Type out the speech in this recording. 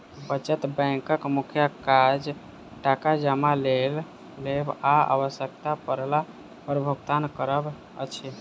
बचत बैंकक मुख्य काज टाका जमा लेब आ आवश्यता पड़ला पर भुगतान करब अछि